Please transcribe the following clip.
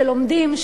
שלומדים,